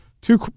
two